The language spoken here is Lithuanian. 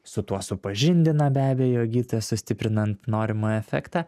su tuo supažindina be abejo gydytojas sustiprinant norimą efektą